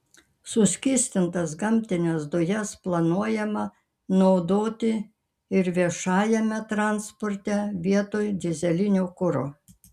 suskystintas gamtines dujas planuojama naudoti ir viešajame transporte vietoj dyzelinio kuro